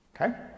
okay